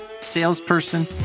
salesperson